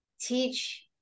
teach